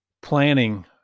planning